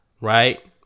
Right